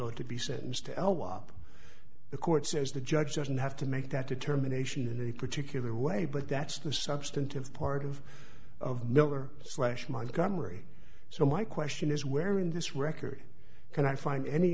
ought to be sentenced to l wop the court says the judge doesn't have to make that determination in a particular way but that's the substantive part of of miller slash montgomery so my question is where in this record can i find any